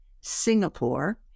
Singapore